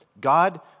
God